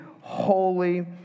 holy